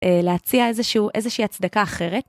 להציע איזשהו, איזושהי הצדקה אחרת.